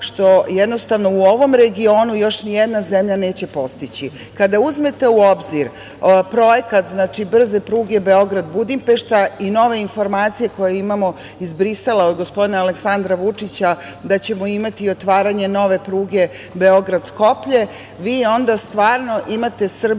što jednostavno, u ovom regionu još ni jedna zemlja neće postići. Kada uzmete u obzir projekat brze pruge Beograd-Budimpešta i nove informacije koje imamo i Brisela od gospodina Aleksandra Vučića da ćemo imati otvaranje nove pruge Beograd-Skoplje, vi onda stvarno imate Srbiju